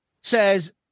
says